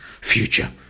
future